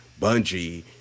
Bungie